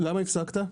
למה הפסקת?